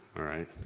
alright.